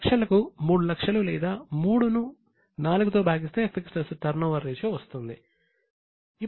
turnover వస్తుంది